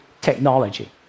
technology